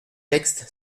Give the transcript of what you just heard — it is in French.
texte